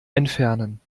entfernen